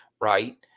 right